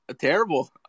Terrible